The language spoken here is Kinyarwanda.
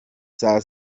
saa